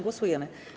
Głosujemy.